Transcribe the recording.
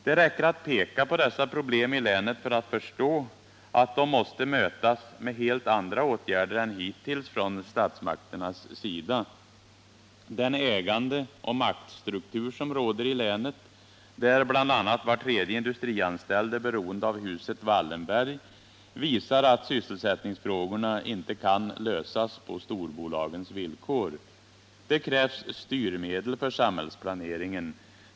Det räcker att peka på dessa problem i länet för att man skall förstå att de måste mötas med helt andra åtgärder än hittills från statsmakternas sida. Den ägandeoch maktstruktur som råder i länet, där bl.a. var tredje industrianställd är beroende av huset Wallenberg, visar att sysselsättningsfrågorna inte kan lösas på storbolagens villkor. Det krävs styrmedel för samhällsplaneringen.